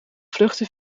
vluchten